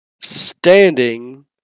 standing